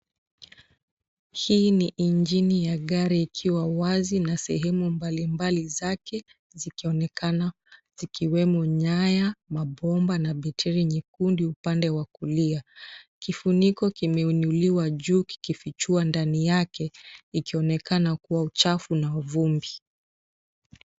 Hii ni injini ya gari ikiwa wazi na sehemu mbalimbali zake zikionekana zikiwemo nyaya, mabomba na beteri nyekundu upande wa kulia. Kifuniko kimeuniliwa juu kikifichua ndani yake ikionekana kuwa uchafu na vumbi.